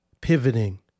pivoting